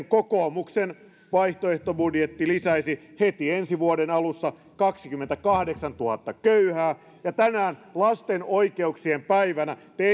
kokoomuksen vaihtoehtobudjetti lisäisi heti ensi vuoden alussa kaksikymmentäkahdeksantuhatta köyhää ja tänään lasten oikeuksien päivänä te